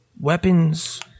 Weapons